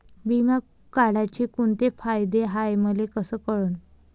बिमा काढाचे कोंते फायदे हाय मले कस कळन?